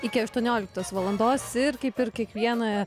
iki aštuonioliktos valandos ir kaip ir kiekvieną